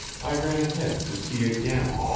i ran ahead to see again.